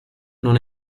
non